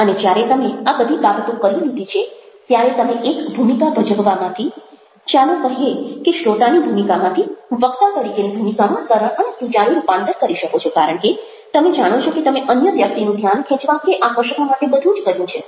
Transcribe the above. અને જ્યારે તમે આ બધી બાબતો કરી લીધી છે ત્યારે તમે એક ભૂમિકા ભજવવામાંથી ચાલો કહીએ કે શ્રોતાની ભૂમિકામાંથી વક્તા તરીકેની ભૂમિકામાં સરળ અને સુચારૂ રૂપાંતર કરી શકો છો કારણ કે તમે જાણો છો કે તમે અન્ય વ્યક્તિનું ધ્યાન ખેંચવા કે આકર્ષવા માટે બધું જ કર્યું છે